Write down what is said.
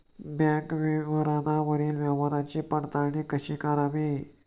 Bank विवरणावरील व्यवहाराची पडताळणी कशी करावी?